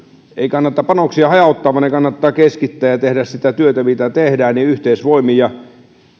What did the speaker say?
ei kannata panoksia hajauttaa vaan ne kannattaa keskittää ja tehdä sitä työtä mitä tehdään yhteisvoimin ja